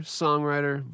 songwriter